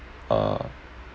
uh